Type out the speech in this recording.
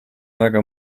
väga